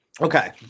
okay